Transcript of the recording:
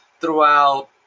throughout